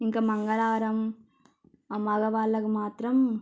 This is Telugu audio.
ఇంకా మంగళారం ఆ మగవాళ్ళకి మాత్రం